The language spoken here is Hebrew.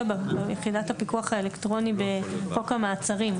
ביחידת הפיקוח האלקטרוני בחוק המעצרים.